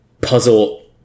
puzzle